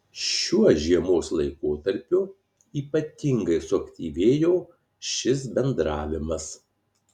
šiuo žiemos laikotarpiu ypatingai suaktyvėjo šis bendravimas